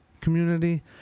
community